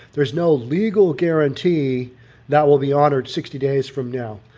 there's no legal guarantee that will be honored sixty days from now,